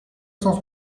cent